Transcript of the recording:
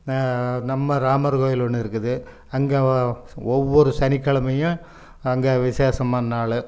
நம்ம ராமர் கோயில் ஒன்று இருக்குது அங்கே ஒவ்வொரு சனிக்கெழமையும் அங்கே விசேஷமான நாள்